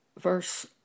verse